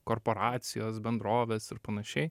korporacijos bendrovės ir panašiai